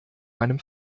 meinem